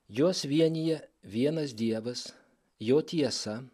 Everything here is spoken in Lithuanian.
juos vienija vienas dievas jo tiesa